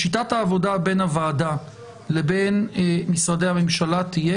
שיטת העבודה בין הוועדה לבין משרדי הממשלה תהיה